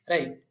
Right